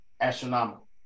astronomical